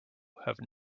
have